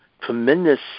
tremendous